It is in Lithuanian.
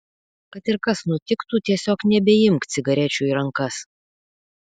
kad ir kas nutiktų tiesiog nebeimk cigarečių į rankas